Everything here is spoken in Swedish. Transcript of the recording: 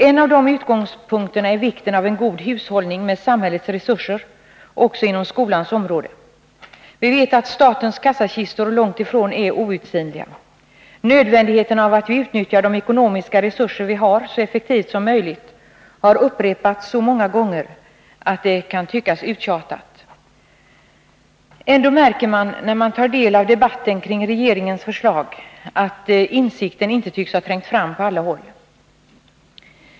En av de utgångspunkterna är vikten av en god hushållning med samhällets resurser, också inom skolans område. Vi vet att statens kassakistor långt ifrån är outsinliga. Nödvändigheten av att vi utnyttjar de ekonomiska resurser vi har så effektivt som möjligt har upprepats så många gånger, att det kan tyckas uttjatat. Ändå märker man när man tar del av debatten kring regeringens förslag att insikten om detta inte tycks ha trängt fram på alla håll.